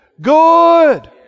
good